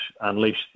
unleash